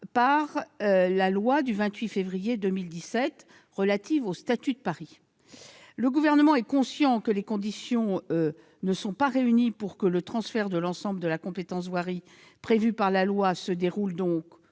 par la loi du 28 février 2017 relative au statut de Paris et à l'aménagement métropolitain. Le Gouvernement est conscient que les conditions ne sont pas réunies pour que le transfert de l'ensemble de la compétence voirie prévu par la loi se déroule dans